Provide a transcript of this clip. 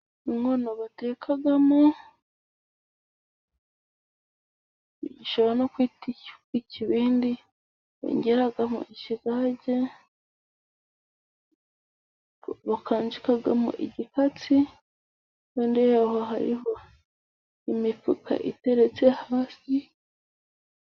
Inkono batekamo, gishobora no kwitwa ikibindi bengeramo ikigage, bakanjikamo igikatsi, impande yaho hariho imipupa iteretse hasi.